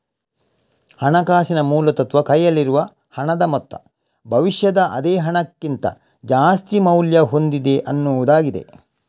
ಹಣಕಾಸಿನ ಮೂಲ ತತ್ವ ಕೈಯಲ್ಲಿರುವ ಹಣದ ಮೊತ್ತ ಭವಿಷ್ಯದ ಅದೇ ಹಣಕ್ಕಿಂತ ಜಾಸ್ತಿ ಮೌಲ್ಯ ಹೊಂದಿದೆ ಅನ್ನುದಾಗಿದೆ